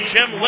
Jim